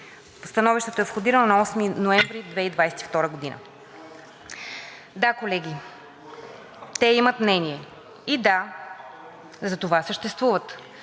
Становището е входирано на 8 ноември 2022 г. Да, колеги, те имат мнение и, да, затова съществуват.